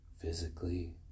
Physically